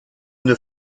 une